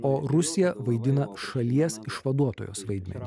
o rusija vaidina šalies išvaduotojos vaidmenį